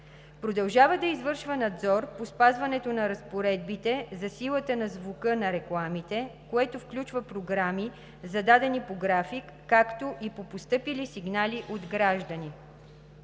Продължава да извършва надзор по спазването на разпоредбите за силата на звука на рекламите, което включва програми, зададени по график, както и по постъпили сигнали от граждани.